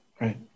right